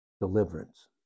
deliverance